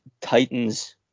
Titans